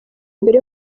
imbere